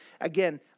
Again